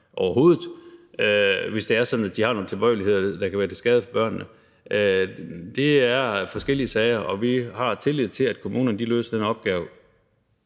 overhovedet, hvis det er sådan, at de har nogle tilbøjeligheder, der kan være til skade for børnene. Det er forskellige sager, og vi har tillid til, at kommunerne løser den opgave.